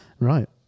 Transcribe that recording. Right